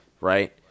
right